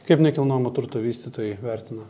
kaip nekilnojamo turto vystytojai vertina